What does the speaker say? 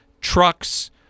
trucks